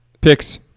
Picks